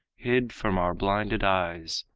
hid from our blinded eyes,